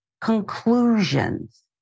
conclusions